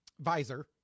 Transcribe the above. visor